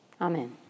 Amen